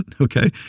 okay